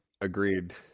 agreed